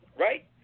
right